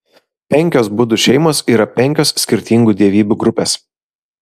penkios budų šeimos yra penkios skirtingų dievybių grupės